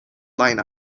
line